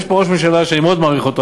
יש פה ראש ממשלה שאני מאוד מעריך אותו,